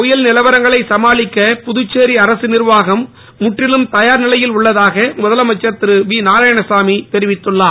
புயல் நிலவரங்களை சமாளிக்க புதுச்சேரி அரசு நிர்வாகம் முற்றிலும் தயார் நிலையில் உள்ளதாக முதலமைச்சர் திரு வி நாராயணசாமி தெரிவித்துள்ளார்